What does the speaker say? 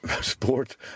sport